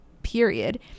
period